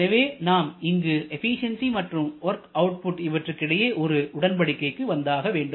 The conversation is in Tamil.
எனவே நாம் இங்கு எபிசியன்சி மற்றும் வொர்க் அவுட்புட் இவற்றுக்கிடையே ஒரு உடன்படிக்கைக்கு வந்தாக வேண்டும்